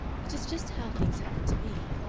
it is just how things happen to be.